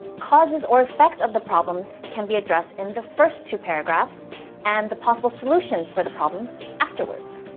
causes or effects of the problems can be addressed in the first two paragraphs and the possible solutions for the problems afterwards.